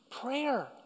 Prayer